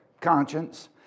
conscience